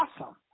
awesome